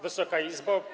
Wysoka Izbo!